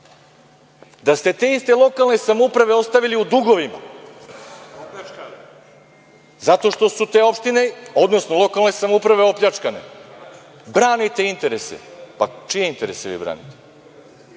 da ste te iste lokalne samouprave ostavili u dugovima zato što su te opštine, odnosno lokalne samouprave opljačkane, branite interese. Pa, čije interese vi branite?